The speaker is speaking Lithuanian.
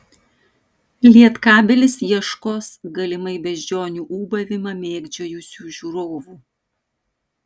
lietkabelis ieškos galimai beždžionių ūbavimą mėgdžiojusių žiūrovų